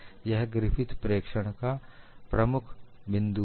यह ग्रिफिथ प्रेक्षण का मुख्य बिंदु है